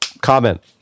comment